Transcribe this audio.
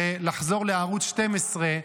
זה לחזור לערוץ 12,